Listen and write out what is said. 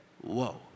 whoa